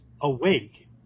awake